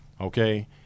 okay